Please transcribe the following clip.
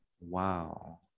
Wow